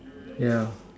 yeah